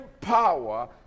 power